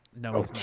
No